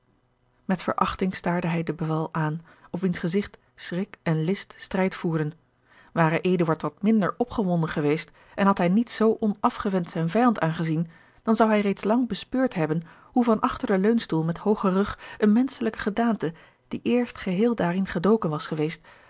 met verachting staarde hij de beval aan op wiens gezigt schrik en list strijd voerden ware eduard wat minder opgewonden geweest en had hij niet zoo onafgewend zijn vijand aangezien dan zou hij reeds lang bespeurd hebben hoe van achter den leuningstoel met hoogen rug eene menschelijke gedaante die eerst geheel daarin gedoken was geweest